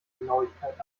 genauigkeit